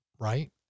right